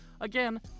again